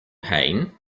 pain